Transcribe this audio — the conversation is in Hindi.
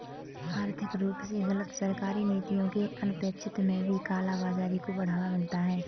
आर्थिक रूप से गलत सरकारी नीतियों के अनपेक्षित में भी काला बाजारी को बढ़ावा मिलता है